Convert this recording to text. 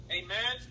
Amen